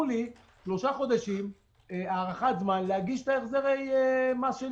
לי שלושה חודשים הארכת זמן להגיש את החזרי המס.